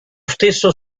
stesso